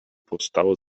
powstało